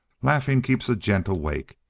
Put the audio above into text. laughin' keeps a gent awake.